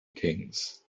kings